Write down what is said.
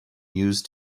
used